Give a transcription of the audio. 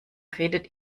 redet